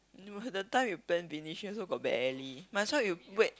no the time you plan finish she also got belly might as well you wait